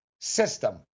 system